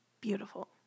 beautiful